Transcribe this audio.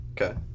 Okay